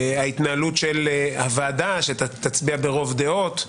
ההתנהלות של הוועדה שתצביע ברוב דעות,